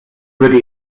würde